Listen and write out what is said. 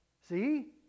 See